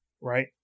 Right